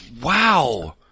Wow